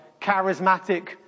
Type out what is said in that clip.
charismatic